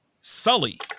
Sully